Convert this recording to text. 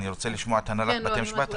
אני רוצה לשמוע את הנהלת בתי המשפט.